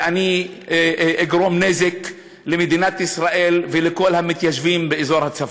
ואני אגרום נזק למדינת ישראל ולכל המתיישבים באזור הצפון.